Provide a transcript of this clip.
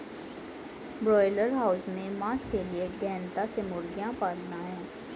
broiler house में मांस के लिए गहनता से मुर्गियां पालना है